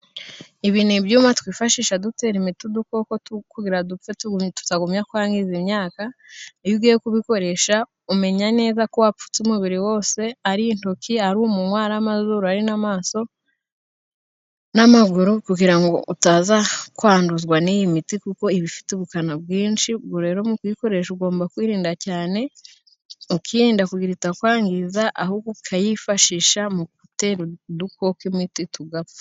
Ibi ni ibyuma twifashisha dutera imiti udukoko kugira ngo dupfe tutagumya kwangiza imyaka. Iyo ugiye kubikoresha umenya neza ko wapfutse umubiri wose, ari intoki, ari umunywa n' amazuru ari n'amaso n'amaguru kugira ngo utaza kwanduzwa n'iyi miti, kuko iba ifite ubukana bwinshi. Ubu rero kuyikoresha ugomba kwirinda cyane, ukirinda kwangiza ahubwo ukayifashisha mutera udukoko imiti tugapfa.